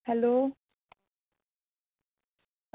hello